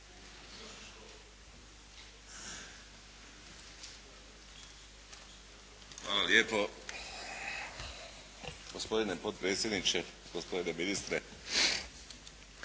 Hvala lijepo. Gospodine potpredsjedniče, gospodine ministre.